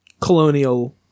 colonial